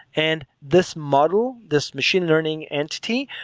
and this model, this machine learning entity,